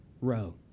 row